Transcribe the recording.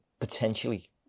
potentially